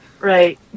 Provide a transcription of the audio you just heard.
Right